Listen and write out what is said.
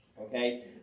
Okay